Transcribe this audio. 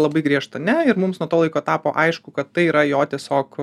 labai griežtą ne ir mums nuo to laiko tapo aišku kad tai yra jo tiesiog